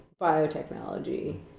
biotechnology